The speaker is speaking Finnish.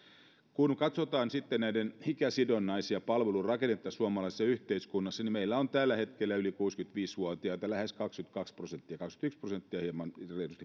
kun katsotaan sitten ikäsidonnaisien palveluiden rakennetta suomalaisessa yhteiskunnassa niin meillä on tällä hetkellä yli kuusikymmentäviisi vuotiaita lähes kaksikymmentäkaksi prosenttia kaksikymmentäyksi prosenttia ja hieman